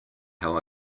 how